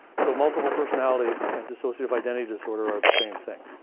so multiple personality and dissociative identity disorder are the same thing.